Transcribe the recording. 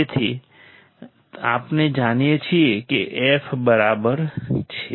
તેથી આપણે જાણીએ છીએ કે f બરાબર છે